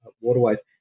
waterways